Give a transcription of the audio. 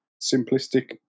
simplistic